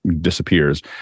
disappears